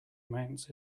amounts